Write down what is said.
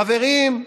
חברים,